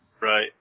Right